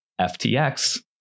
FTX